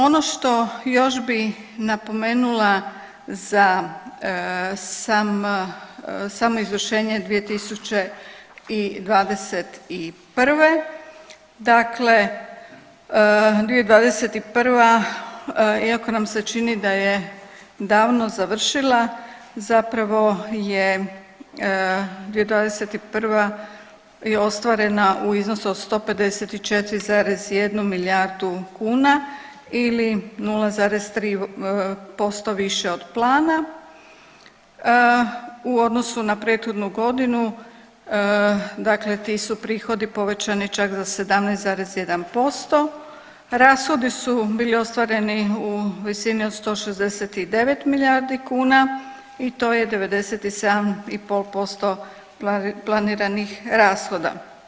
Ono što još bih napomenula za samo izvršenje 2021. dakle, 2021. iako nam se čini da je davno završila zapravo je 2021. i ostvarena u iznosu od 154,1 milijardu kuna ili 0,3% više od plana u odnosu na prethodnu godinu, dakle ti su prihodi povećani čak za 17,1%, rashodi su bili ostvareni u visini od 169 milijardi kuna i to je 97,5% planiranih rashoda.